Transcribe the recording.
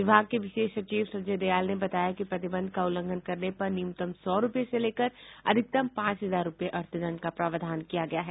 विभाग के विशेष सचिव संजय दयाल ने बताया कि प्रतिबंध का उल्लंघन करने पर न्यूनतम सौ रूपये से लेकर अधिकतम पांच हजार रूपये अर्थदंड का प्रावधान किया गया है